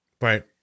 Right